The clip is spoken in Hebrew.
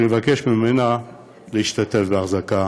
שנבקש ממנה להשתתף בהחזקה